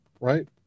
right